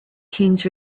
kings